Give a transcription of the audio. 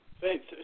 Thanks